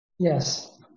Yes